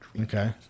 Okay